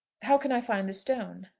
how can i find the stone?